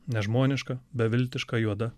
nežmoniška beviltiška juoda